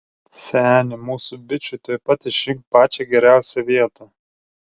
seni mūsų bičui tuoj pat išrink pačią geriausią vietą